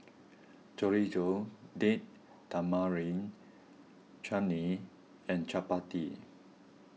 Chorizo Date Tamarind Chutney and Chapati